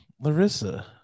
Larissa